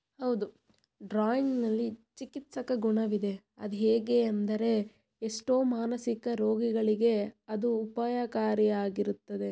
ಹೌದು ಡ್ರಾಯಿಂಗ್ನಲ್ಲಿ ಚಿಕಿತ್ಸಕ ಗುಣವಿದೆ ಅದು ಹೇಗೆ ಅಂದರೆ ಎಷ್ಟೋ ಮಾನಸಿಕ ರೋಗಿಗಳಿಗೆ ಅದು ಉಪಾಯಕಾರಿ ಆಗಿರುತ್ತದೆ